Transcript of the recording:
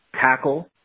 tackle